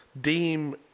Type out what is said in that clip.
deem